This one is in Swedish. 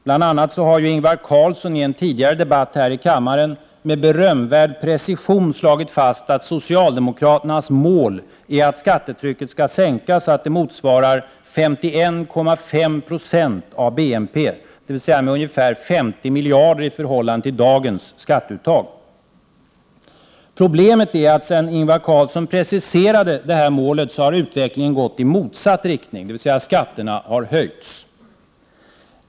Bl.a. har Ingvar Carlsson i en tidigare debatt här i kammaren med berömvärd precision slagit fast, att socialdemokraternas mål är att skattetrycket skall sänkas så att det motsvarar 51,5 26 av BNP, dvs. med ungefär 50 miljarder kronor i förhållande till dagens skatteuttag. Problemet är att sedan Ingvar Carlsson preciserade det målet har utvecklingen gått i motsatt riktning, dvs. skatterna har höjts.